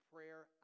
prayer